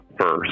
first